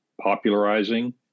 popularizing